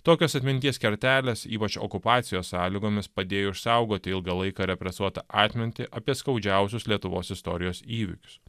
tokios atminties kertelės ypač okupacijos sąlygomis padėjo išsaugoti ilgą laiką represuotą atmintį apie skaudžiausius lietuvos istorijos įvykius